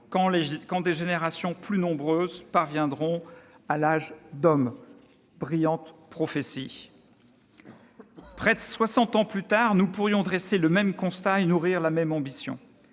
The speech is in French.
quand des générations plus nombreuses parviendront à l'âge d'homme. » Brillante prophétie ... Près de soixante ans plus tard, nous pourrions dresser le même constat et nourrir la même ambition.